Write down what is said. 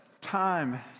time